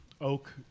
oak